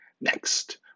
Next